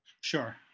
Sure